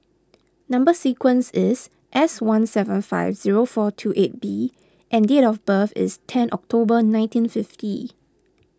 Number Sequence is S one seven five zero four two eight B and date of birth is ten October nineteen fifty